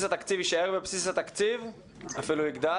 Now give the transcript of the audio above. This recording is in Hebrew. התקציב יישאר בבסיס התקציב ואפילו יגדל,